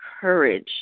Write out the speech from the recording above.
courage